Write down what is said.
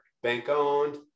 Bank-owned